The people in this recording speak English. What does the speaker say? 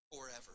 forever